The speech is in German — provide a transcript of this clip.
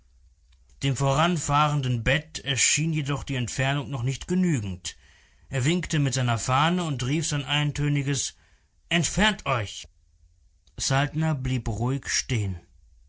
dem voranfahrenden bed erschien jedoch die entfernung noch nicht genügend er winkte mit seiner fahne und rief sein eintöniges entfernt euch saltner blieb ruhig stehen